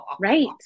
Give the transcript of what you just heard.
Right